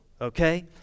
okay